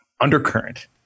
undercurrent